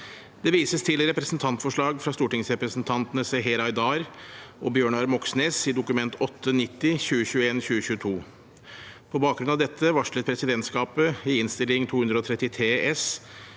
Det vises til representantforslag fra stortingsrepresentantene Seher Aydar og Bjørnar Moxnes, Dokument 8:90 S for 2021–2022. På bakgrunn av dette varslet presidentskapet i Innst. 233 S